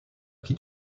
qui